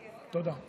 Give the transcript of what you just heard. תודה.